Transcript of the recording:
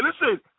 Listen